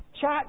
chat